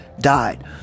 died